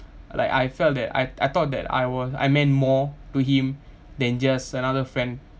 like I felt that I I thought that I was I meant more to him than just another friend